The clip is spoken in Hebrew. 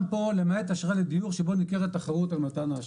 גם פה למעט אשראי לדיור שבו ניכרת תחרות על מתן האשראי.